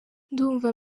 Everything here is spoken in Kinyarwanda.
ndumva